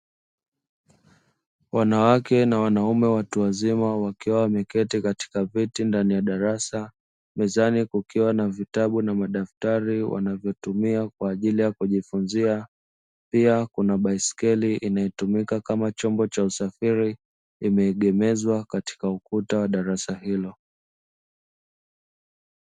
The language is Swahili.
Wanawake na wanaume watu wazima wakiwa wameketi katika viti ndani ya darasa mezani kukiwa na vitabu na madaktari wanavyotumia kwa ajili ya kujifunzia pia kuna baiskeli inayotumika kama chombo cha usafiri nimeegemezwa katika ukuta wa darasa hilo.